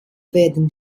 werden